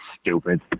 stupid